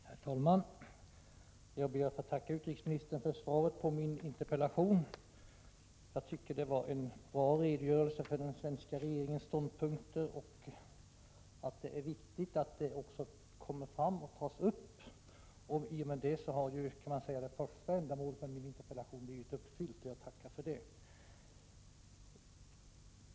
Herr talman! Jag ber att få tacka utrikesministern för svaret på min Det var en bra redogörelse för den svenska regeringens ståndpunkt. Det är viktigt att det kommer fram. I och med detta kan man säga att det första ändamålet med min interpellation har blivit uppfyllt, och jag tackar för det.